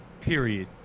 Period